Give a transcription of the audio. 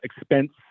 expense